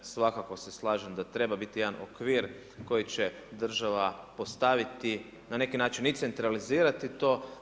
Svakako se slažem da treba biti jedan okvir koji će država postaviti na neki način i centralizirati to.